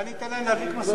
אולי ניתן להם להדליק משואה.